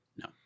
No